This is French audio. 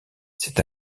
c’est